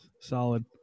solid